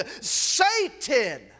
Satan